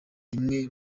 rimwe